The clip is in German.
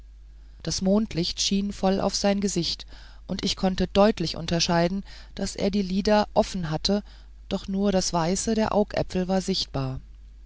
das mondlicht schien voll auf sein gesicht und ich konnte deutlich unterscheiden daß er die lider offen hatte doch nur das weiße der augäpfel war sichtbar